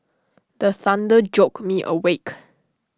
the thunder joke me awake